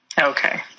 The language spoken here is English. Okay